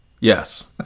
yes